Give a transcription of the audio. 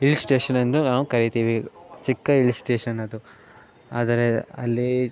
hill ಸ್ಟೇಷನೆಂದು ನಾವು ಕರಿತೀವಿ ಚಿಕ್ಕ ಹಿಲ್ ಸ್ಟೇಷನದು ಆದರೆ ಅಲ್ಲಿ